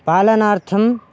पालनार्थं